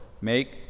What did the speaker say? Make